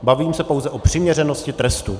Bavím se pouze o přiměřenosti trestu.